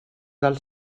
del